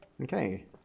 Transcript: Okay